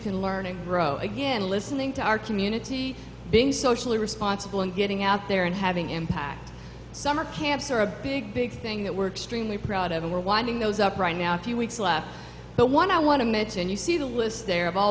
can learn and grow again listening to our community being socially responsible and getting out there and having impact summer camps are a big big thing that word stream we're proud of and we're winding those up right now few weeks left no one i want to mention you see the list